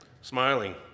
smiling